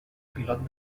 pilot